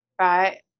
Right